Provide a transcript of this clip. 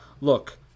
look